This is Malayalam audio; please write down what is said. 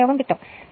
ഈ പ്രയോഗം ലഭിക്കുo